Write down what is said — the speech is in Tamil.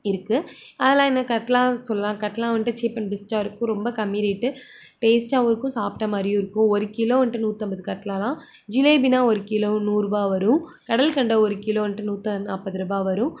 இருக்குது அதலாம் என்ன கட்லா சொல்லாம் கட்லா வந்துட்டு சீப் அண்ட் பெஸ்ட்டாக இருக்கும் ரொம்ப கம்மி ரேட்டு டேஸ்ட்டாகவும் இருக்கும் சாப்பிட்ட மாதிரியும் இருக்கும் ஒரு கிலோ வந்துட்டு நூற்றைம்பது கட்லாலாம் ஜிலேபினா ஒரு கிலோ நூறுபா வரும் கடல்கண்டை ஒரு கிலோ வந்துட்டு நூற்றி நாற்பது ரூபாய் வரும்